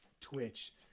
twitch